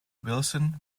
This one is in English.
wilson